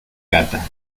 gata